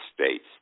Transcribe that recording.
States